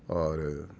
اور